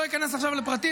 אני לא אכנס לפרטים,